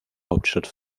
hauptstadt